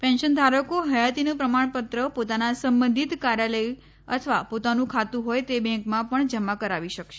pension ધારકો હયાતીનું પ્રમા ણપત્ર પોતાના સંબંધિત કાર્યાલય અથવા પોતાનું ખાતું હોય તે બેન્કમાં પણ જમા કરાવી શકશે